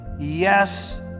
Yes